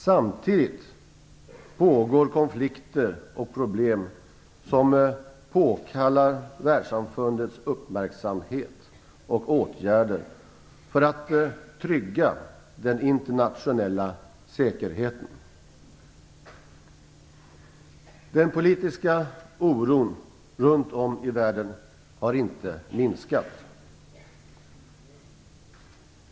Samtidigt pågår konflikter och finns problem som påkallar världssamfundets uppmärksamhet och åtgärder för att trygga den internationella säkerheten. Den politiska oron runt om i världen har inte minskat.